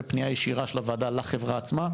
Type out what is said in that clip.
פנייה ישירה של הוועדה לחברה עצמה.